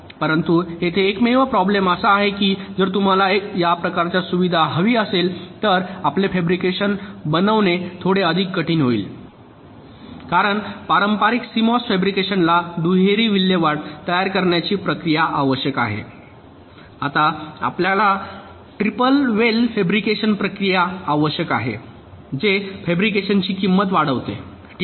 परंतु येथे एकमेव प्रॉब्लेम असा आहे की जर तुम्हाला या प्रकारची सुविधा हवी असेल तर आपले फॅब्रिकेशन बनवणे थोडे अधिक कठीण होईल कारण पारंपारिक सीएमओएस फॅब्रिकेशनला दुहेरी विल्हेवाट तयार करण्याची प्रक्रिया आवश्यक आहे आता आपल्याला ट्रिपल वेल फॅब्रिकेशन प्रक्रिया आवश्यक आहे जे फॅब्रिकेशनची किंमत वाढवते ठीक आहे